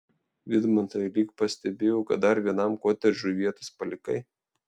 vidmantai lyg pastebėjau kad dar vienam kotedžui vietos palikai